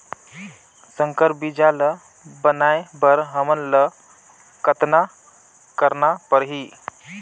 संकर बीजा ल बनाय बर हमन ल कतना करना परही?